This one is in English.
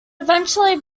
eventually